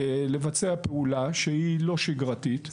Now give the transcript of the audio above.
לבצע פעולה שהיא לא שגרתית,